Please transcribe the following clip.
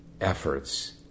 efforts